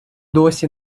досі